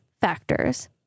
factors